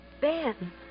Ben